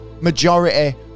majority